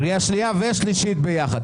קריאה שנייה ושלישית ביחד.